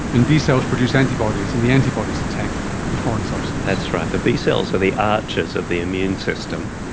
and b cells produce antibodies and the antibodies attack the foreign substance. that's right, the b cells are the archers of the immune system.